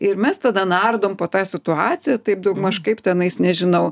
ir mes tada nardom po tą situaciją taip daugmaž kaip tenais nežinau